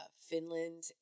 Finland